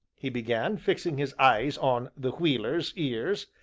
he began, fixing his eyes on the wheeler's ears,